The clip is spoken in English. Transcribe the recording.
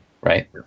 Right